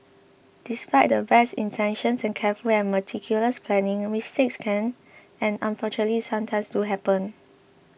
despite the best intentions and careful and meticulous planning mistakes can and unfortunately sometimes do happen